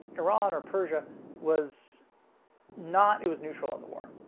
iran, or persia was not it was neutral in the war.